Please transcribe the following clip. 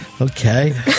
Okay